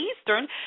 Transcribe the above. Eastern